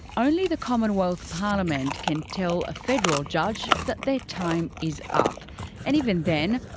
only the commonwealth parliament can tell a federal judge that their time is up and even then,